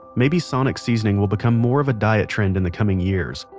maybe sonic seasoning will become more of a diet trend in the coming years.